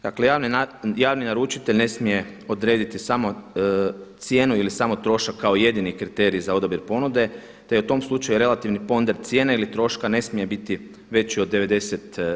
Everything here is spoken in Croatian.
Dakle, javni naručitelj ne smije odrediti samo cijenu ili samo trošak kao jedini kriterij za odabir ponude, te je u tom slučaju relativni ponder cijena ili troška ne smije biti veći od 90%